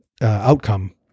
outcome